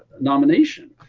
nomination